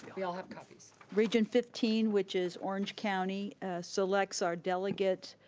we all have copies. region fifteen, which is orange county selects our delegate